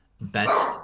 best